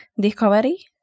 Discovery